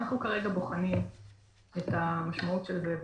כרגע אנחנו בוחנים את המשמעות של זה,